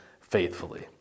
faithfully